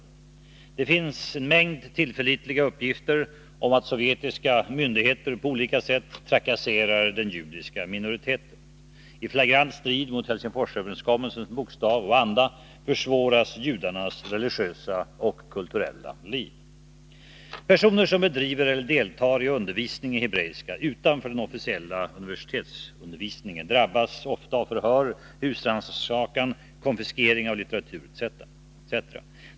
Det finns 20 april 1982 en mängd tillförlitliga uppgifter om att sovjetiska myndigheter på olika sätt trakasserar den judiska minoriteten. I flagrant strid mot Helsingforsöverenskommelsens bokstav och anda försvåras judarnas religiösa och kulturella liv. officiella universitetsundervisningen drabbas ofta av förhör, husrannsakan, konfiskering av litteratur etc.